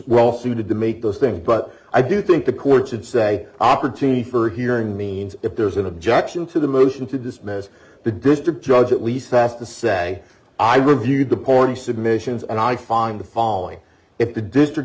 well suited to make those things but i do think the courts would say opportunity for hearing means if there's an objection to the motion to dismiss the district judge at least half to say i reviewed the board submissions and i find the following if the district